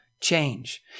change